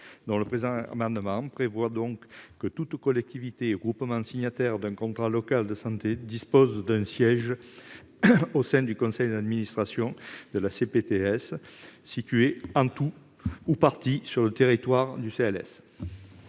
Le présent amendement tend donc à prévoir que toute collectivité ou tout groupement signataire d'un contrat local de santé dispose d'un siège au sein du conseil d'administration de la CPTS, située en tout ou partie sur le territoire du CLS.